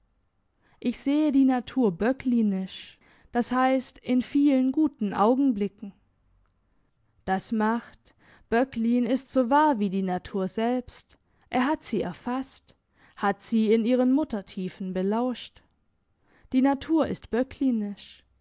ich sehe die natur böcklinisch d h in vielen guten augenblicken das macht böcklin ist so wahr wie die natur selbst er hat sie erfasst hat sie in ihren muttertiefen belauscht die natur ist